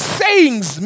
sayings